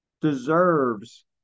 deserves